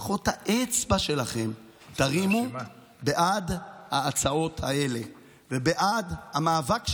לפחות את האצבע שלכם תרימו בעד ההצעות האלה ובעד המאבק שלנו,